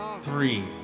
three